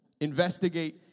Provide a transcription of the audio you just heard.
investigate